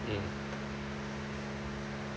mm